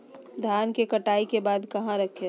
धान के कटाई के बाद कहा रखें?